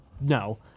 no